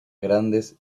grandes